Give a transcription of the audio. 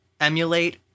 emulate